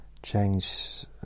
Change